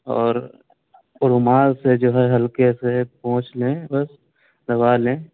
اور رومال سے جو ہے ہلکے سے پوچھ لیں بس دبا لیں